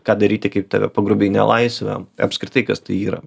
ką daryti kaip tave pagrobia į nelaisvę apskritai kas tai yra